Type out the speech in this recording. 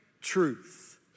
truth